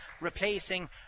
replacing